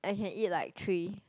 I can eat like three